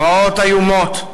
פרעות איומות: